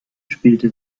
spielte